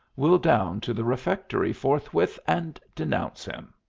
we'll down to the refectory forthwith and denounce him.